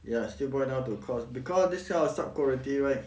ya still boil down to cost because this kind of sub-quality right